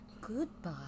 goodbye